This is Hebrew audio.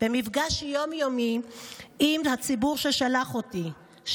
במפגש יום-יומי עם הציבור ששלח אותי,